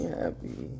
happy